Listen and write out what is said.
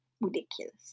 ridiculous